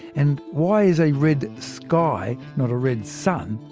and why is a red sky, not a red sun,